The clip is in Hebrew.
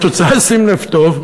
שים לב טוב,